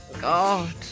God